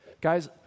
Guys